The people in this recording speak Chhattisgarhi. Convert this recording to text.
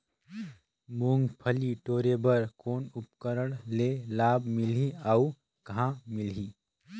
मुंगफली टोरे बर कौन उपकरण ले लाभ मिलही अउ कहाँ मिलही?